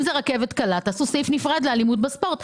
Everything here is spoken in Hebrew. אם זו רכבת קלה, תעשו סעיף נפרד לאלימות בספורט.